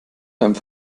deinem